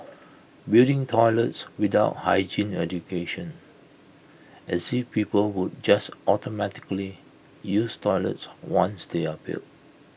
building toilets without hygiene education as if people would just automatically use toilets once they're built